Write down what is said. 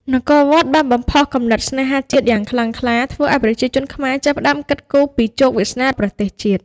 នគរវត្ត បានបំផុសគំនិតស្នេហាជាតិយ៉ាងខ្លាំងក្លា ធ្វើឱ្យប្រជាជនខ្មែរចាប់ផ្ដើមគិតគូរពីជោគវាសនាប្រទេសជាតិ។